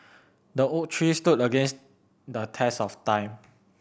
the oak tree stood against the test of time